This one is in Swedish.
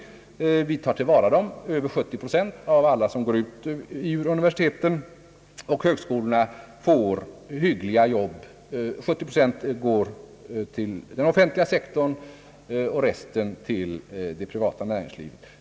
Över 70 procent av alla dem som går ut universitet och högskolor får hyggliga jobb i den offentliga sektorn, resten går till det privata näringslivet.